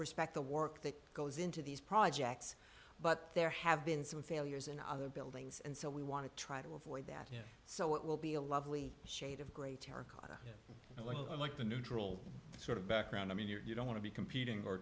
respect the work that goes into these projects but there have been some failures in other buildings and so we want to try to avoid that here so it will be a lovely shade of gray terror it looks like the neutral sort of background i mean you're you don't want to be competing